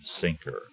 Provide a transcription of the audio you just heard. sinker